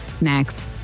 next